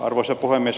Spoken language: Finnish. arvoisa puhemies